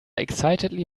excitedly